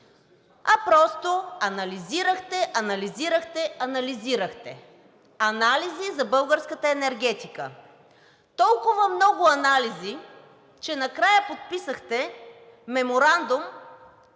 А просто анализирахте, анализирахте, анализирахте. Анализи за българската енергетика. Толкова много анализи, че накрая подписахте Меморандум